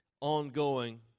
ongoing